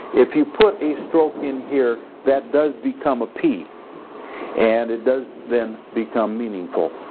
if you put a stroke in here that does become a p and does then become meaningful.